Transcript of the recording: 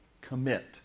Commit